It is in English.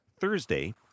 Thursday